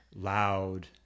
loud